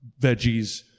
veggies